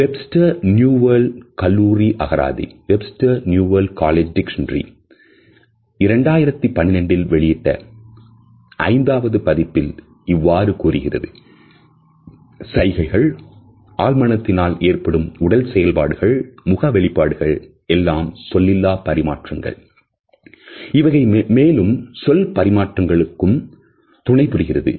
Webster New World கல்லூரி அகராதி Webster's New World College Dictionary 2012ல் வெளியிட்ட ஐந்தாவது பதிப்பில் இவ்வாறு கூறுகிறது " சைகைகள் ஆல் மனத்தினால் ஏற்படுத்தப்படும் உடல் செயல்பாடுகள் முக வெளிப்பாடுகள் எல்லாம் சொல்லிலா பரிமாற்றங்கள் இவைகள் மேலும் சொல் பரிமாற்றங்களுக்கும் துணைபுரிகிறது